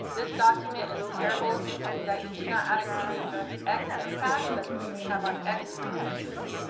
this document is terrible in that you do not adequately address x impacts that this may have on x resources.